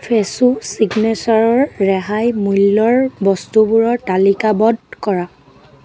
ফ্ৰেছো চিগনেচাৰৰ ৰেহাই মূল্যৰ বস্তুবোৰৰ তালিকাবদ্ধ কৰা